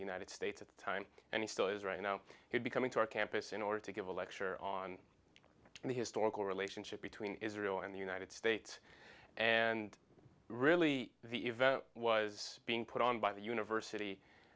to united states at the time and he still is right now he'd be coming to our campus in order to give a lecture on the historical relationship between israel and the united states and really the event was being put on by the university